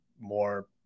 more